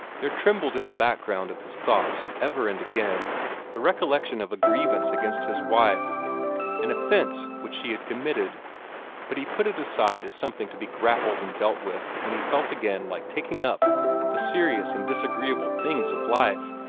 there trembled in the background of his thoughts ever and again the recollection of a grievance against his wife an offence which she had committed but he put it aside as something to be grappled and dealt with when he felt again like taking up the serious and disagreeable things of life.